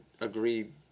agreed